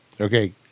Okay